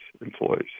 employees